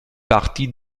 partie